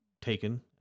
taken